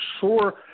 sure